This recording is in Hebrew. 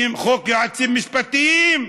חוק יועצים משפטיים,